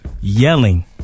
Yelling